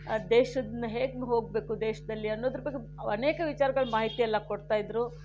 ದೇಶದಿಂದ ಹೇಗೆ ಹೋಗಬೇಕು ದೇಶದಲ್ಲಿ ಅನ್ನೋದರ ಬಗ್ಗೆ ಅನೇಕ ವಿಚಾರಗಳ ಮಾಹಿತಿಯೆಲ್ಲ ಕೊಡ್ತಾ ಇದ್ದರು